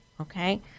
okay